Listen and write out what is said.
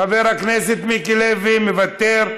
חבר הכנסת מיקי לוי, מוותר,